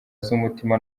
z’umutima